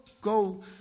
go